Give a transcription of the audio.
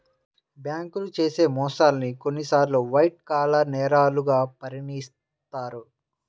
బ్యేంకులు చేసే మోసాల్ని కొన్నిసార్లు వైట్ కాలర్ నేరాలుగా పరిగణిత్తారు